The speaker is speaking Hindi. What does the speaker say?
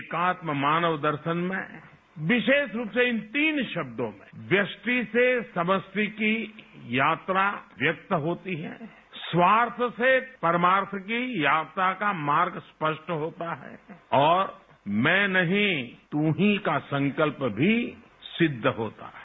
एकात्म मानव दर्शन में विशेष रूप से इन तीन शब्दों व्यष्टि से सबस्विकी यात्रा व्यक्त होती है स्वार्थ से परमार्थ की यात्रा का मार्ग स्पष्ट होता है और मैं नहीं तू ही का संकल्प भी सिद्ध होता है